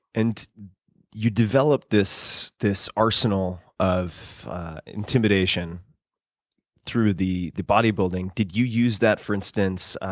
and you developed this this arsenal of intimidation through the the bodybuilding. did you use that, for instance,